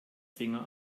finger